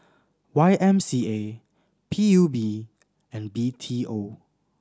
Y M C A P U B and B T O